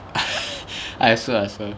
I also I also